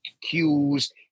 cues